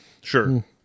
Sure